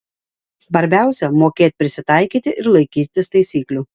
svarbiausia mokėt prisitaikyti ir laikytis taisyklių